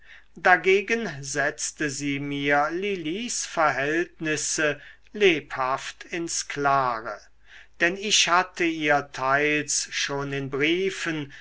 dagegen setzte sie mir lilis verhältnisse lebhaft ins klare denn ich hatte ihr teils schon in briefen